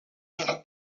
par